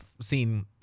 seen